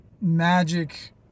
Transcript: magic